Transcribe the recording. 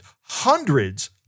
hundreds